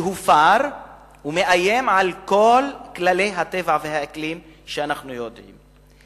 שהופר ומאיים על כל כללי הטבע והאקלים שאנחנו יודעים.